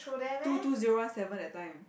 two~ two zero one seven that time